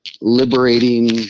liberating